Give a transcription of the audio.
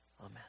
Amen